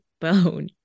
bone